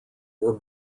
were